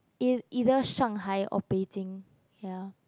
in either Shanghai or Beijing ya